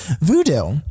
Voodoo